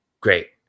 great